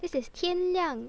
this is 天亮